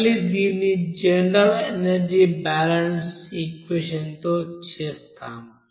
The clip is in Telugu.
మళ్ళీ దీన్ని జనరల్ ఎనర్జీ బ్యాలెన్స్ ఈక్వెషన్ తో చేస్తాము